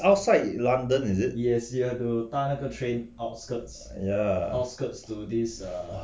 outside london is it ya